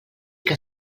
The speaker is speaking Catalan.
que